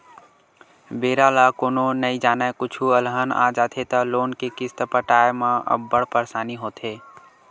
बेरा ल कोनो नइ जानय, कुछु अलहन आ जाथे त लोन के किस्त पटाए म अब्बड़ परसानी होथे